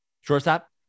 shortstop